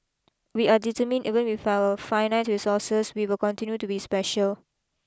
we are determined even with our finite resources we will continue to be special